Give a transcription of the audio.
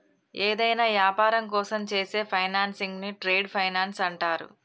యేదైనా యాపారం కోసం చేసే ఫైనాన్సింగ్ను ట్రేడ్ ఫైనాన్స్ అంటరు